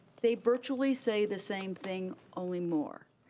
they virtually say the same thing only more.